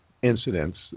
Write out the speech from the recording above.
incidents